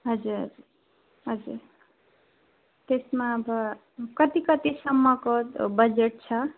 हजुर हजुर हजुर त्यसमा अब कति कतिसम्मको बजेट छ